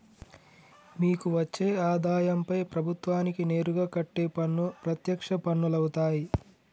మీకు వచ్చే ఆదాయంపై ప్రభుత్వానికి నేరుగా కట్టే పన్ను ప్రత్యక్ష పన్నులవుతాయ్